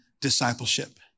discipleship